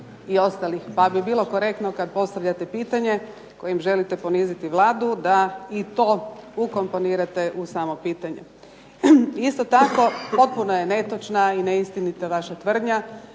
Pa bi bilo korektno kad postavljate pitanje kojim želite poniziti Vladu da i to ukomponirate u samo pitanje. Isto tako, potpuno je netočna i neistinita vaša tvrdnja